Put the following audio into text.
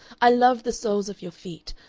i love the soles of your feet.